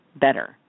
better